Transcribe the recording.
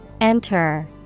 Enter